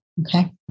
Okay